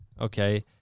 okay